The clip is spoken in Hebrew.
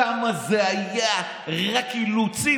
כמה זה היה רק אילוצים.